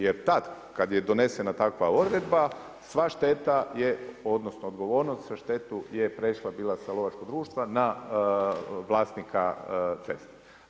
Jer tad kada je donesena takva odredba, sva šteta je, odnosno odgovornost za štetu je prešla bila sa lovačkog društva na vlasnika ceste.